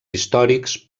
històrics